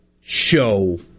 show